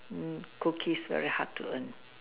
mm cookies very hard to earn